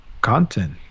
content